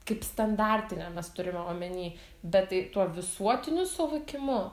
kaip standartinę mes turim omeny bet tai tuo visuotiniu suvokimu